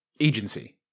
agency